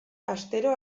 astero